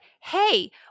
hey